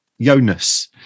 Jonas